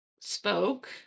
spoke